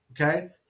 okay